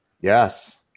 Yes